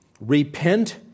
repent